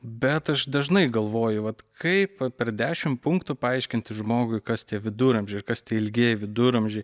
bet aš dažnai galvoju vat kaip per dešimt punktų paaiškinti žmogui kas tie viduramžiai ir kas tie ilgieji viduramžiai